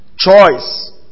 Choice